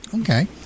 Okay